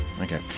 Okay